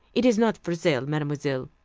it is not for sale, mademoiselle.